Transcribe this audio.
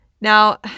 Now